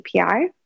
API